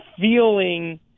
feeling